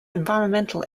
environmental